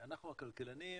אנחנו הכלכלנים,